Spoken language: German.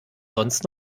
sonst